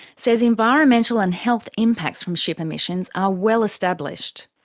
says environmental and health impacts from ship emissions are well established.